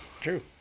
True